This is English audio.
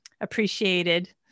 appreciated